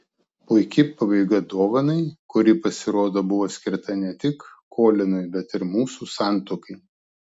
puiki pabaiga dovanai kuri pasirodo buvo skirta ne tik kolinui bet ir mūsų santuokai